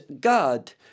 God